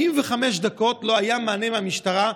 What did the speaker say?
45 דקות לא היה מענה מהמשטרה,